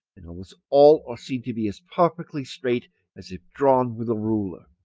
and almost all are seen to be as perfectly straight as if drawn with a ruler.